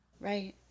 Right